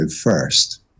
first